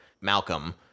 Malcolm